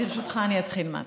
ברשותך, אתחיל מההתחלה.